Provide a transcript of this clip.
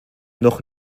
noch